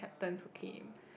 captains who came